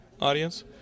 audience